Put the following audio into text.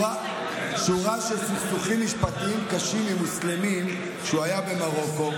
עם מוסלמים כשהוא היה במרוקו,